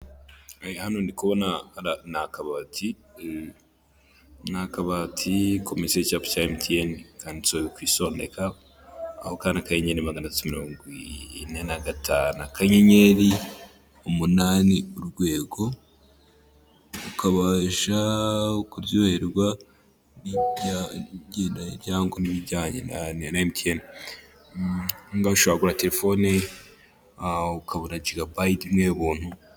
Ari hano ndi kubona n'akabati n'akabati kuminsi y'icyapapa cyalitienne tt kusoneka aho kana kangen magana mirongo ine nagatanu kanyenyeri umunani urwego ukabasha kuryoherwa n'byagendane n'ibijyanye na nel p ngashogura telefone ukaburakiga bat ni buntu.